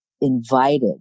invited